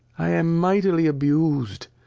i am mightily abus'd,